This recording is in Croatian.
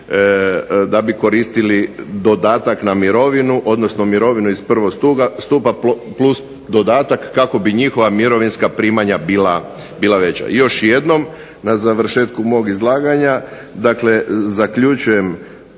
da bi koristili dodatak na mirovinu, odnosno mirovinu iz prvog stupa plus dodatak kako bi njihova mirovinska primanja bila veća. Još jednom na završetku mog izlaganja, dakle zaključujem,